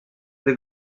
they